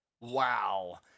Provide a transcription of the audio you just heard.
Wow